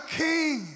king